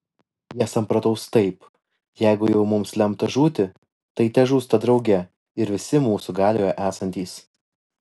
jie samprotaus taip jeigu jau mums lemta žūti tai težūsta drauge ir visi mūsų galioje esantys